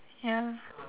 ya